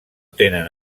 tenen